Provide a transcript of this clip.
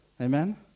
Amen